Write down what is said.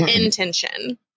intention